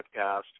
podcast